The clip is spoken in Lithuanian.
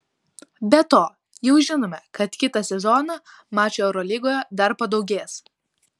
be to jau žinome kad kitą sezoną mačų eurolygoje dar padaugės